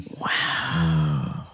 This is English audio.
Wow